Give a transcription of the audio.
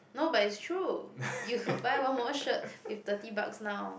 no but it's true you could buy one more shirt with thirty bucks now